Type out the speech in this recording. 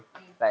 mm